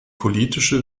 politische